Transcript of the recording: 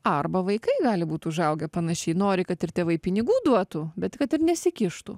arba vaikai gali būt užaugę panašiai nori kad ir tėvai pinigų duotų bet kad ir nesikištų